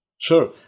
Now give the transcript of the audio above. Sure